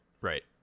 right